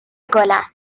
گلم